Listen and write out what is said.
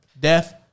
death